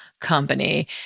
company